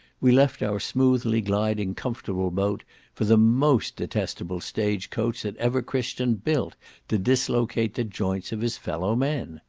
we left our smoothly-gliding comfortable boat for the most detestable stage-coach that ever christian built to dislocate the joints of his fellow men.